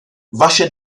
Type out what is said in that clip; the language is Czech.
vaše